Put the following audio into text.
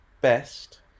Best